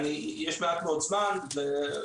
יש מעט מאוד זמן --- כן.